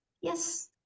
Yes